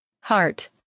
Heart